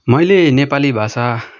मैले नेपाली भाषा